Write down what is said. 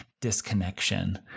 disconnection